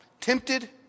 tempted